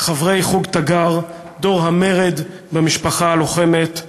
חברי "חוג תגר", דור המרד במשפחה הלוחמת,